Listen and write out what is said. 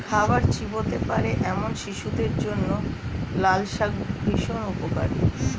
খাবার চিবোতে পারে এমন শিশুদের জন্য লালশাক ভীষণ উপকারী